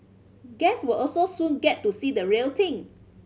guest will also soon get to see the real thing